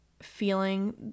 Feeling